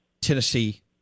Tennessee